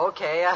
Okay